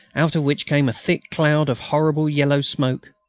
out of which came a thick cloud of horrible yellow smoke.